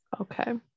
okay